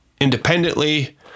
independently